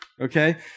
okay